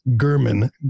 German